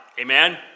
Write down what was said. Amen